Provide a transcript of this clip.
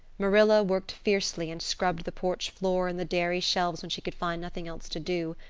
marilla worked fiercely and scrubbed the porch floor and the dairy shelves when she could find nothing else to do.